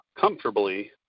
comfortably